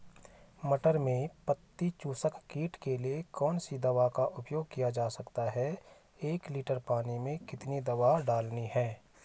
मटर में पत्ती चूसक कीट के लिए कौन सी दवा का उपयोग किया जा सकता है एक लीटर पानी में कितनी दवा डालनी है?